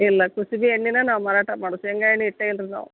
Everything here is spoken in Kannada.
ಇಲ್ಲ ಕುಸುಬೆ ಎಣ್ಣೆನೆ ನಾವು ಮಾರಾಟ ಮಾಡುದು ಶೇಂಗ ಎಣ್ಣೆ ಇಟ್ಟೇ ಇಲ್ಲ ರಿ ನಾವು